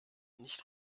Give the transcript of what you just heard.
nicht